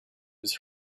his